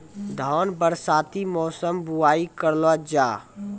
धान बरसाती मौसम बुवाई करलो जा?